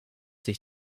sich